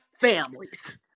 families